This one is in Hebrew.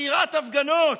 עצירת הפגנות.